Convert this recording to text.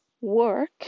work